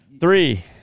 Three